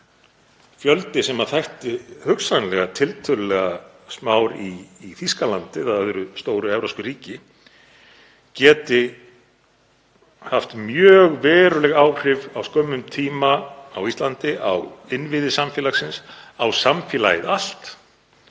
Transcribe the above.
fjöldi sem þætti hugsanlega tiltölulega smár í Þýskalandi eða öðru stóru evrópsku ríki geti haft mjög veruleg áhrif á skömmum tíma á Íslandi, á innviði samfélagsins, á samfélagið allt